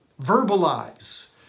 verbalize